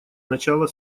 начала